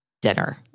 dinner